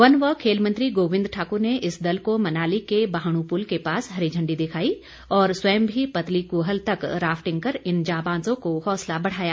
one व खेल मंत्री गोबिंद ठाक्र ने इस दल को मनाली के बाहण् पुल के पास हरी झंडी दिखाई और स्वयं भी पतली कूहल तक राफ्टिंग कर इन जांबाजों का हौसला बढ़ाया